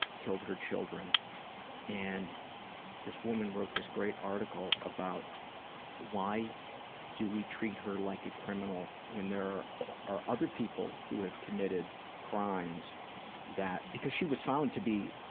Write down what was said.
killer her children and this woman wrote this great article about why do we treat her like a criminal when there are other people who have committed crimes that, because she was found to be